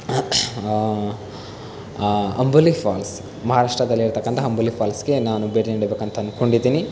Amboli falls ಮಹಾರಾಷ್ಟ್ರದಲ್ಲಿರತಕ್ಕಂಥ ಅಂಬೋಲಿ ಫ಼ಾಲ್ಸ್ಗೆ ನಾನು ಭೇಟಿ ನೀಡಬೇಕಂತ ಅಂದುಕೊಂಡಿದ್ದೀನಿ